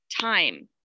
time